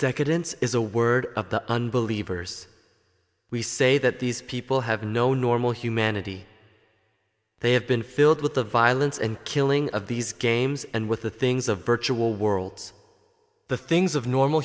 decadence is a word of the unbelievers we say that these people have no normal humanity they have been filled with the violence and killing of these games and with the things of virtual worlds the things of normal